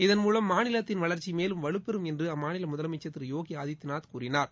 இதன் மூலம் மாநிலத்தின் வளர்ச்சி மேலும் வலுப்பெறும் என்று அம்மாநில முதலமைச்சர் திரு யோகி ஆதித்யநாத் கூறினார்